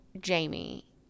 Jamie